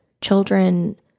children